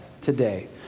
today